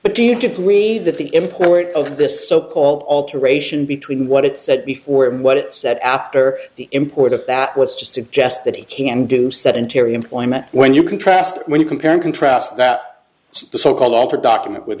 but do you plead that the import of this so called alteration between what it said before and what it said after the import of that was to suggest that he can do sedentary employment when you contrast when you compare and contrast that the so called altered document with